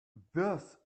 this